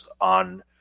on